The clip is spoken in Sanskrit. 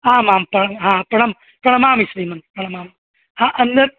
आम् आम् प्रणाम प्रणम् प्रणमामि श्रीमन् प्रणमामि अन्यत्